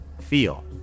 Feel